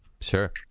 Sure